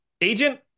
agent